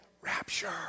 rapture